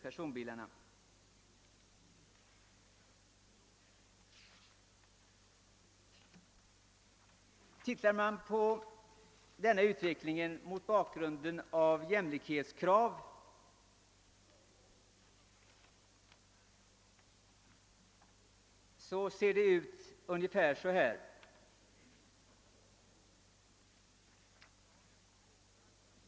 Ser man på denna utveckling mot bakgrunden av jämlikhetskrav finner man följande.